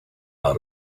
out